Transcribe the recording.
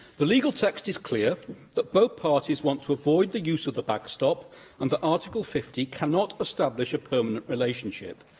the legal text is clear that both parties want to avoid the use of the backstop and that article fifty cannot establish a permanent relationship.